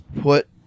put